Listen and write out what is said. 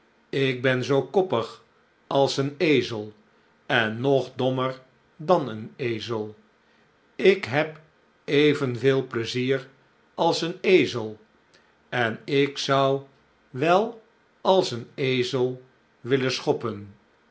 ik ben zoo koppig als een ezel en nog dommer dan een ezel ik heb evenveel pleizier als een ezel en ik zou wel als een ezel willen schoppen